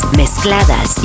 mezcladas